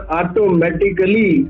automatically